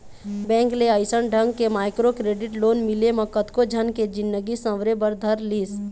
bank ले अइसन ढंग के माइक्रो क्रेडिट लोन मिले म कतको झन के जिनगी सँवरे बर धर लिस